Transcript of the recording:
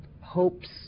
hopes